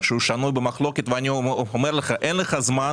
שהוא שנוי במחלוקת ואני אומר לך שאין לך זמן